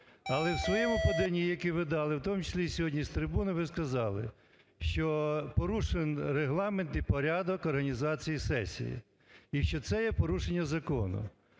Але в своєму поданні, яке ви дали, в тому числі сьогодні з трибуни ви сказали, що порушено регламентний порядок організації сесії і що це є порушення закону,